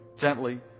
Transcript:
gently